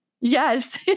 Yes